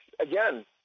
again